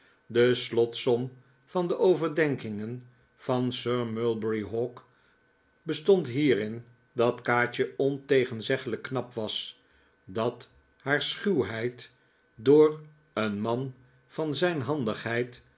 de slotsom van de overdenkingen van sir mulberry hawk bestond hierin dat kaatje ontegenzeggelijk knap was dat haar schuwheid door een man van zijn handigheid